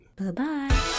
Bye-bye